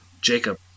jacob